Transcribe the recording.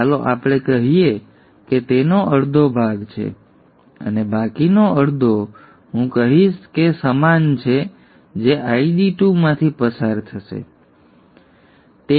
તેથી ચાલો આપણે કહીએ કે તેનો અડધો ભાગ છે આ અને બાકીનો અડધો હું કહીશ કે સમાન જે ID2 માંથી પસાર થશે આ D2 છે